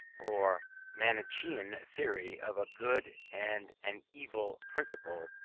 or manichaean theory of a good and an evil principle,